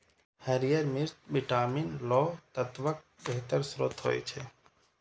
हरियर मिर्च विटामिन, लौह तत्वक बेहतर स्रोत होइ छै